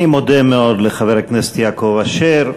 אני מודה מאוד לחבר הכנסת יעקב אשר,